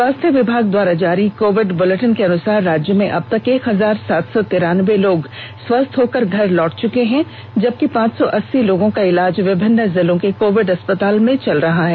स्वास्थ्य विभाग द्वारा जारी कोविड बुलेटिन के अनुसार राज्य में अब तक एक हजार सात सौ तिरानब्बे लोग स्वस्थ होकर घर वापस लौट चुके है जबकि पांच सौ अस्सी लोगों का इलाज विभिन्न जिलों के कोविड अस्पताल में चल रहा है